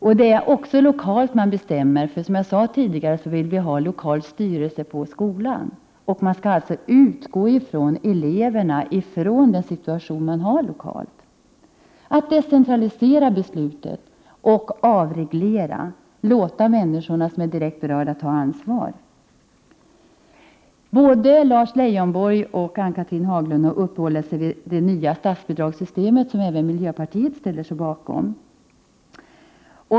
Beslut fattas lokalt. Som jag sade tidigare vill vi ha en lokal styrelse iskolan. Man skall alltså utgå från eleverna samtidigt som man utgår från den = Prot. 1988/89:120 lokala situationen. 24 maj 1989 Det gäller att decentralisera beslut, att avreglera och att låta de människor som är direkt berörda ta ett ansvar. Både Lars Leijonborg och Ann-Cathrine Haglund har uppehållit sig vid det nya statsbidragssystemet, som även vi i miljöpartiet ställer oss bakom.